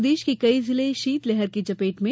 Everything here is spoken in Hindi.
प्रदेश के कई जिले शीतलहर की चपेट में